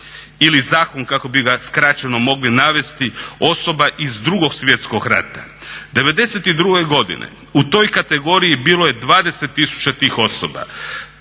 ili zakon kako bi ga skraćeno mogli navesti osoba iz Drugog svjetskog rata. '92.godine u toj kategoriji bilo je 20 tisuća tih osoba,